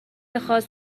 خاص